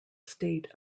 state